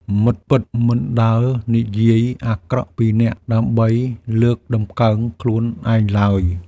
មិត្តពិតមិនដើរនិយាយអាក្រក់ពីអ្នក ដើម្បីលើកតម្កើងខ្លួនឯងឡើយ។